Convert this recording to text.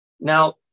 Now